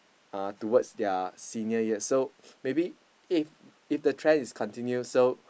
uh towards their senior years so maybe if if the trend is continue so